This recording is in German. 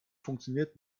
funktioniert